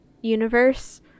universe